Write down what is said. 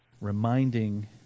reminding